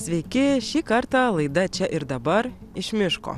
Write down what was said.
sveiki šį kartą laida čia ir dabar iš miško